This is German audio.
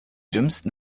dümmsten